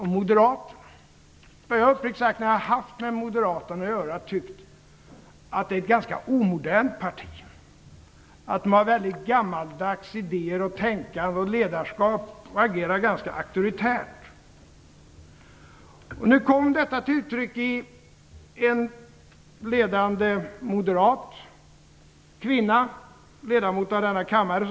Uppriktigt sagt har jag när jag haft med Moderaterna att göra tyckt att det är ett ganska omodernt parti, att man har väldigt gammaldags idéer och tänkande om ledarskap och att man agerar ganska auktoritärt. Detta kom till uttryck genom en ledande moderat kvinna, ledamot av denna kammare.